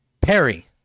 Perry